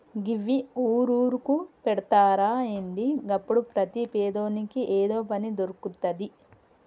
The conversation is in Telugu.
గివ్వి ఊరూరుకు పెడ్తరా ఏంది? గప్పుడు ప్రతి పేదోని ఏదో పని దొర్కుతది